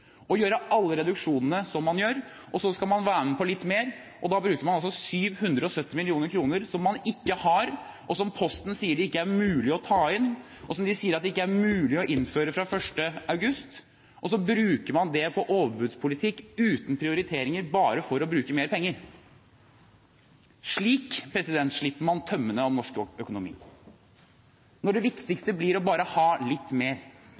å gjøre så å si alle endringer som flertallspartiene gjør, alle reduksjonene som man gjør. Så skal man være med på litt mer, og da bruker man 770 mill. kr som man ikke har, som Posten sier det ikke er mulig å ta inn, og som de sier det ikke er mulig å innføre fra 1. august, og så bruker man det på overbudspolitikk uten prioriteringer – bare for å bruke mer penger. Slik slipper man tømmene i norsk økonomi, når det viktigste blir å ha litt mer,